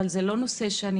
אבל זה לא נושא שהמצאתי,